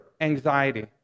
anxiety